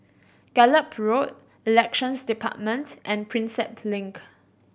Gallop Road Elections Department and Prinsep Link